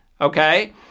Okay